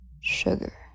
sugar